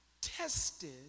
tested